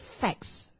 facts